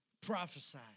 Prophesy